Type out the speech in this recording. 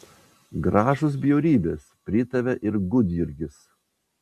gražūs bjaurybės pritarė ir gudjurgis